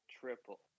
triple